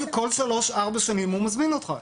כל שלוש-ארבע שנים הוא מזמין אותך.